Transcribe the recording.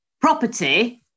property